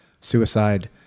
suicide